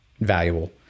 valuable